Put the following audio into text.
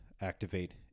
activate